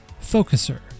Focuser